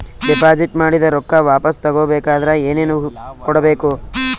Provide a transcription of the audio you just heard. Deposit ಮಾಡಿದ ರೊಕ್ಕ ವಾಪಸ್ ತಗೊಬೇಕಾದ್ರ ಏನೇನು ಕೊಡಬೇಕು?